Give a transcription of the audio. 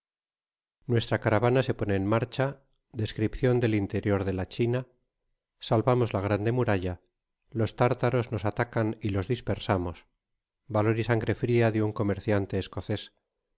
nuestra caravana se pone en maroha descripcion del interior de la china salvamos la grande muralla los tartaros nos atacan y los dispersamos valor y sangre fria de un comerciante escoces